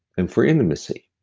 and for intimacy.